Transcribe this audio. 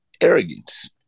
arrogance